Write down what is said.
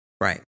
Right